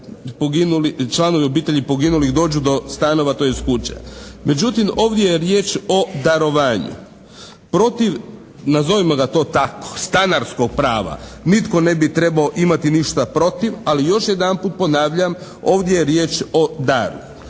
članovi obitelji poginulih dođu do stanova, tj. kuća. Međutim, ovdje je riječ o darovanju. Protiv, nazovimo ga to tako stanarskog prava nitko ne bi trebao imati ništa protiv, ali još jedanput ponavljam ovdje je riječ o daru.